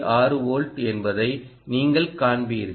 6 volt என்பதை நீங்கள் காண்பீர்கள்